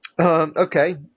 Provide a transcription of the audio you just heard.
Okay